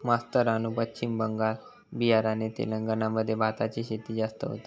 मास्तरानू पश्चिम बंगाल, बिहार आणि तेलंगणा मध्ये भाताची शेती जास्त होता